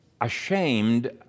ashamed